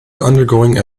undergoing